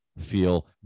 feel